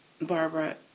Barbara